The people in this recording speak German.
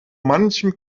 manchem